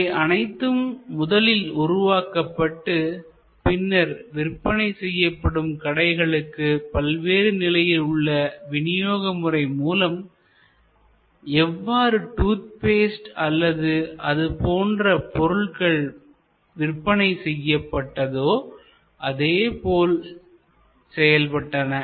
இவை அனைத்தும் முதலில் உருவாக்கப்பட்டு பின்னர் விற்பனை செய்யப்படும் கடைகளுக்கு பல்வேறு நிலையில் உள்ள விநியோக முறை மூலம் எவ்வாறு டூத் பேஸ்ட் அல்லது அது போன்ற பொருள்கள் விற்பனைசெய்யபட்டதோ அதே போல் செயல்பட்டன